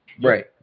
Right